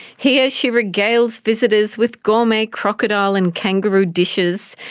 here she regales visitors with gourmet crocodile and kangaroo dishes,